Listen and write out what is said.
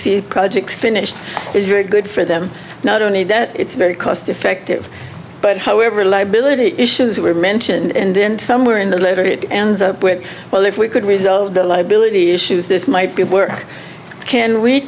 see projects finished is very good for them not only that it's very cost effective but however liability issues were mentioned and then somewhere in the later it ends up with well if we could resolve the liability issues this might be at work can we